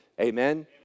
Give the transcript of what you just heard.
Amen